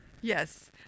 Yes